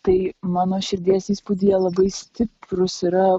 tai mano širdies įspūdyje labai stiprūs yra